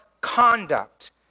conduct